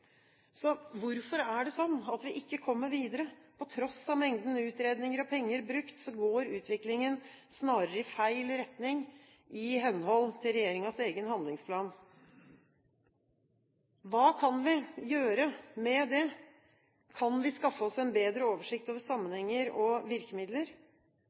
Så, hvorfor er det slik at vi ikke kommer videre? På tross av mengden utredninger og penger brukt går utviklingen snarere i feil retning i henhold til regjeringens egen handlingsplan. Hva kan vi gjøre med det? Kan vi skaffe oss en bedre oversikt over sammenhenger og virkemidler?